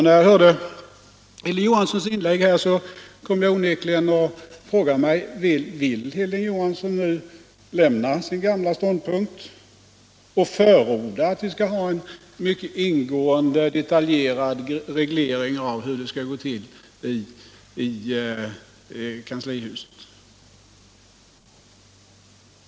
När jag hörde Hilding Johanssons inlägg kom jag att undra om han nu vill lämna sin gamla ståndpunkt och förorda att vi skall ha en ingående och detaljerad reglering av hur det skall gå till i kanslihuset.